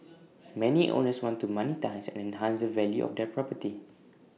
many owners want to monetise and enhance the value of their property